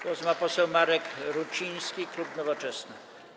Głos ma poseł Marek Ruciński, klub Nowoczesna.